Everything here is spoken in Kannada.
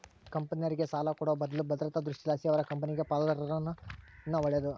ಕಂಪೆನೇರ್ಗೆ ಸಾಲ ಕೊಡೋ ಬದ್ಲು ಭದ್ರತಾ ದೃಷ್ಟಿಲಾಸಿ ಅವರ ಕಂಪೆನಾಗ ಪಾಲುದಾರರಾದರ ಇನ್ನ ಒಳ್ಳೇದು